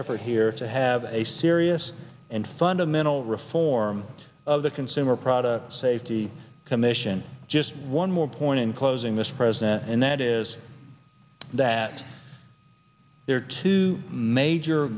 effort here to have a serious and fundamental reform of the consumer product safety commission just one more point in closing this president and that is that there are two major